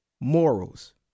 morals